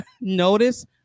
notice